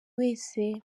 wese